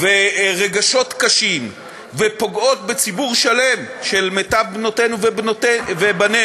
ורגשות קשים ופוגעות בציבור שלם של מיטב בנותינו ובנינו,